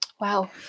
wow